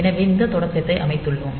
எனவே இந்த தொடக்கத்தை அமைத்துள்ளோம்